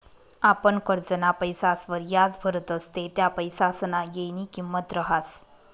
आपण करजंना पैसासवर याज भरतस ते त्या पैसासना येयनी किंमत रहास